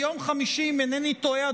אם אינני טועה,